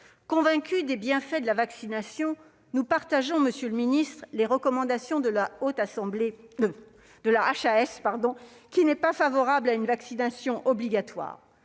Convaincus des bienfaits de la vaccination, nous partageons, monsieur le ministre, les recommandations de la HAS, qui n'est pas favorable à une vaccination obligatoire.